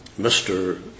Mr